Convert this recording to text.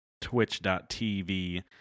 twitch.tv